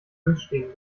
durchstehen